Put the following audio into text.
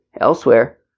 elsewhere